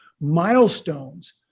milestones